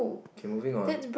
K moving on